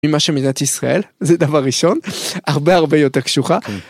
ממה שמדינת ישראל זה דבר ראשון הרבה הרבה יותר קשוחה.